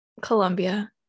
colombia